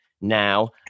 now